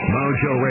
Mojo